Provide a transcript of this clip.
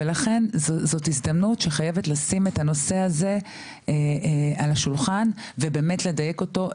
ולכן זאת הזדמנות שחייבת לשים את הנושא הזה על השולחן ובאמת לדייק אותו.